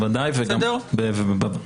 בוודאי לא בוועדה הזאת.